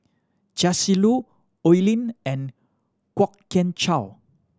Chia Shi Lu Oi Lin and Kwok Kian Chow